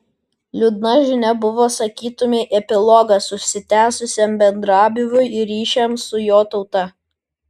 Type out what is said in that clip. liūdna žinia buvo sakytumei epilogas užsitęsusiam bendrabūviui ryšiams su jo tauta